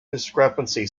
discrepancy